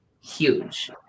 huge